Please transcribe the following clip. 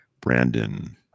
brandon